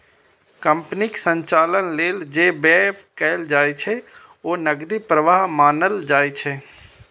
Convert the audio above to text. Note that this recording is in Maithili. कंपनीक संचालन लेल जे व्यय कैल जाइ छै, ओ नकदी प्रवाह मानल जाइ छै